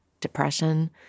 depression